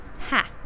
ha